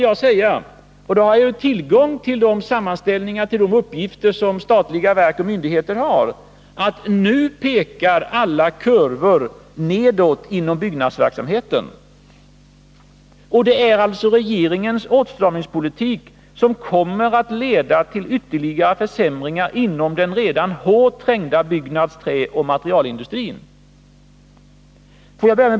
Jag har då tillgång till de sammanställningar och uppgifter som statliga verk och myndigheter har. Enligt dessa pekar alla kurvor nedåt inom byggnadsverksamheten. Det är regeringens åtstramningspolitik som kommer att leda till ytterligare försämringar inom den redan hårt trängda byggnads-, träoch materialindustrin.